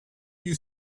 you